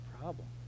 problem